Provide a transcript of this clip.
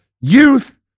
youth